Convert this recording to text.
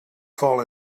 fall